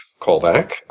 callback